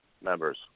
members